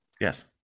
Yes